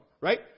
Right